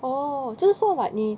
oh 就是说 like 你